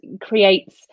creates